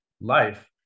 life